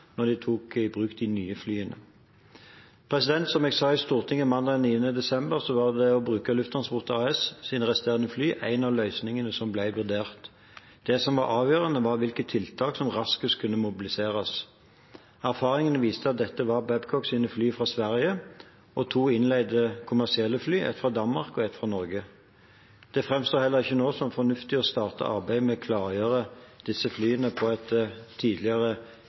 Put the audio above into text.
de tok i bruk de nye flyene. Som jeg sa i Stortinget mandag 9. desember, var det å bruke Lufttransport AS’ resterende fly en av løsningene som ble vurdert. Det som var avgjørende, var hvilke tiltak som raskest kunne mobiliseres. Erfaringene viste at dette var Babcocks fly fra Sverige og to innleide kommersielle fly, ett fra Danmark og ett fra Norge. Det framstår heller ikke nå som fornuftig å starte arbeidet med å klargjøre disse flyene på et tidligere